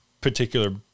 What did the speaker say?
particular